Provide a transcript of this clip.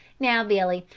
now billy,